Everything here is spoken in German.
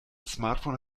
smartphone